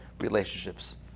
relationships